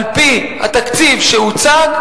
על-פי התקציב שהוצג,